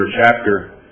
chapter